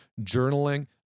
journaling